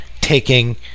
taking